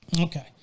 Okay